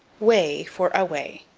way for away.